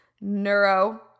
neuro